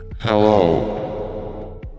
Hello